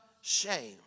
shame